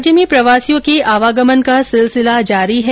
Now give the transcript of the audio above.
राज्य में प्रवासियों के आवागमन का सिलसिला जारी है